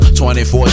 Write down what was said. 24